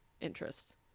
interests